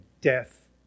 death